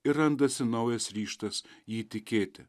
ir randasi naujas ryžtas jį tikėti